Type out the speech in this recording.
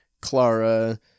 Clara